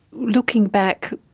looking back,